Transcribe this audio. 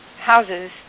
houses